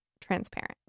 transparent